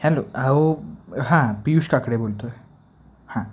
hello अहो हां पीयुष काकडे बोलतो आहे हां